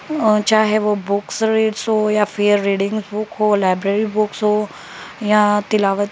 اور چاہے وہ بکس ریڈس ہو یا پھر ریڈنگ بک ہو لائبریری بکس ہو یا تلاوت